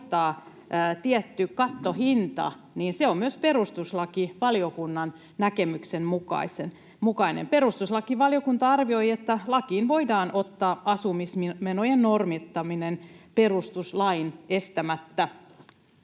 tietty kattohinta, on myös perustuslakivaliokunnan näkemyksen mukainen. Perustuslakivaliokunta arvioi, että lakiin voidaan ottaa asumismenojen normittaminen perustuslain estämättä.